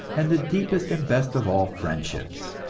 and the deepest and best of all friendships.